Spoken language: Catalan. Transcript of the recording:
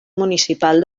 municipal